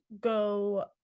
go